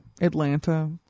Atlanta